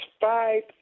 five